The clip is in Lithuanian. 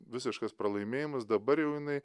visiškas pralaimėjimas dabar jau jinai